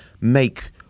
make